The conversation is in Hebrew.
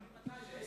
אבל ממתי זה?